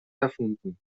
erfunden